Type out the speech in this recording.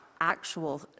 actual